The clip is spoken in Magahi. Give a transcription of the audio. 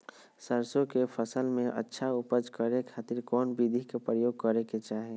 सरसों के फसल में अच्छा उपज करे खातिर कौन विधि के प्रयोग करे के चाही?